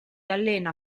allena